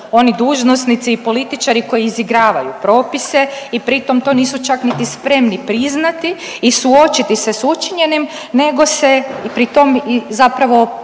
oni dužnosnici i političari koji izigravaju propise i pri tom to nisu čak niti spremni priznati i suočiti se s učinjenim nego se pri tom zapravo